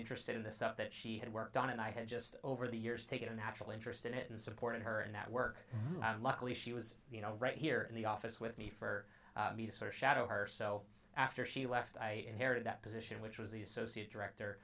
interested in the stuff that she had worked on and i had just over the years taken a natural interest in it and supported her and that work luckily she was you know right here in the office with me for sort of shadow her so after she left i inherited that position which was the associate director